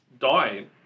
dying